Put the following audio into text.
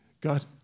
God